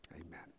Amen